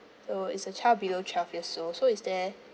so it's a child below twelve years old so is there